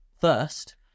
first